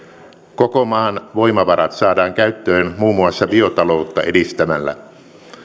koko maan voimavarat saadaan käyttöön muun muassa biotaloutta edistämällä